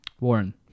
Warren